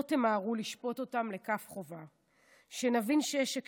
לא תמהרו לשפוט אותם לכף חובה, שנבין שיש הקשר,